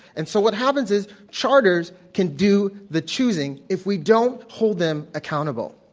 and so, what happens is charters can do the choosing if we don't hold them accountable.